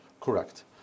Correct